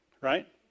right